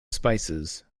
spices